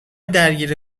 درگیر